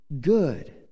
good